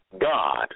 God